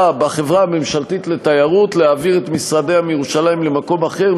בחברה הממשלתית לתיירות להעביר את משרדיה מירושלים למקום אחר,